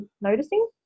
noticing